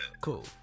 Cool